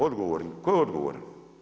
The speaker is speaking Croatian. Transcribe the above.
Odgovorni, tko je odgovoran?